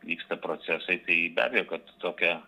vyksta procesai tai be abejo kad tokia